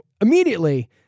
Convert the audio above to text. immediately